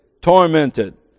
tormented